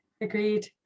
agreed